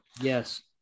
yes